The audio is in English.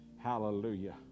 Hallelujah